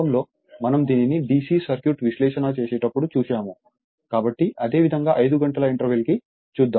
ప్రారంభంలో మనం దీనిని DC సర్క్యూట్ విశ్లేషణ చేసేటప్పుడు చూశాను కాబట్టి అదే విధంగా 5 గంటల ఇంటర్వెల్ కి చూద్దాం